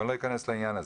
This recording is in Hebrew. ואני לא אכנס לעניין הזה.